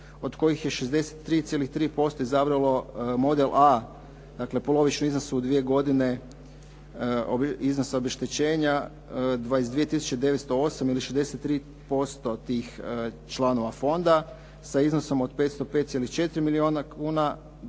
od kojih je 63,3% izabralo model A, dakle, polovični iznos u dvije godine iznos obeštećenja 22 tisuće 908 ili 63% tih članova fonda sa iznosom od 505,4 milijuna kuna